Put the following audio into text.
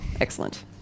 Excellent